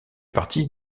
partie